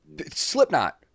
Slipknot